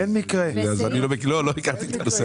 לא הכרתי את הנושא,